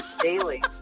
Daily